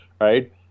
right